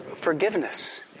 forgiveness